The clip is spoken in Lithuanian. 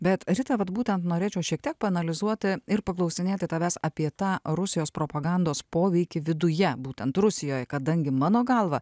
bet rita vat būtent norėčiau šiek tiek paanalizuoti ir paklausinėti tavęs apie tą rusijos propagandos poveikį viduje būtent rusijoje kadangi mano galva